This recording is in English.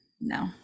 No